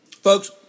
folks